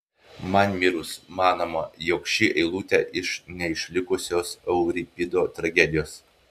man mirus manoma jog ši eilutė iš neišlikusios euripido tragedijos